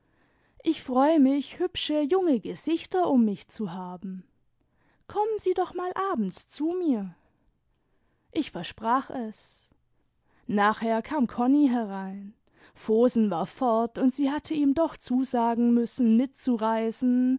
ich freu mich hübsche junge gesichter um mich zu haben kommen sie doch mal abends zu mir ich versprach es nachher kam konni herein vohsen war fort und sie hatte ihm doch zusagen müssen mitzureisen